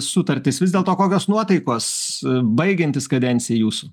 sutartis vis dėlto kokios nuotaikos baigiantis kadencijai jūsų